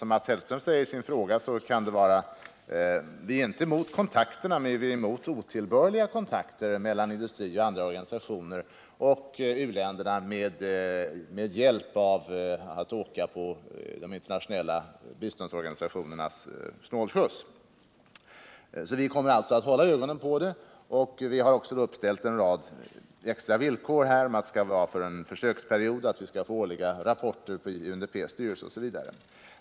Som Mats Hellström säger i sin fråga är vi inte emot kontakterna, men däremot är vi emot otillbörliga kontakter mellan å ena sidan industriorganisationer och andra organisationer och å andra sidan u-länderna, kontakter som gör att företag t.ex. kan åka snålskjuts med internationella biståndsorganisationer. Vi kommer alltså att hålla ögonen på detta. Vi har ställt upp en rad extra villkor, t.ex. att det skall vara en försöksperiod, att vi skall få årliga rapporter i UNDP:s styrelse, osv.